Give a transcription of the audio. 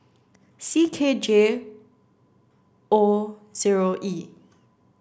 C K J O zero E